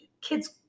kids